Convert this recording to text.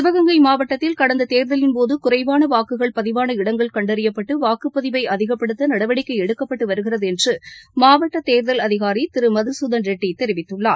சிவகங்கை மாவ்டத்தில் கடந்த தேர்தலின்போது குறைவாள வாக்குகள் பதிவாள இடங்கள் கண்டறியப்பட்டு வாக்குப்பதிவை அதிகப்படுத்த நடவடிக்கை எடுக்கப்பட்டு வருகிறது என்று மாவட்ட தேர்தல் அதிகாரி திரு மதுசூதன் ரெட்டி தெரிவித்துள்ளார்